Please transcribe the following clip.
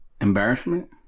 embarrassment